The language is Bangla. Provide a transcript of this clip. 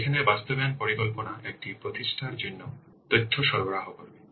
এখানে বাস্তবায়ন পরিকল্পনা এটি প্রতিষ্ঠার জন্য তথ্য সরবরাহ করবে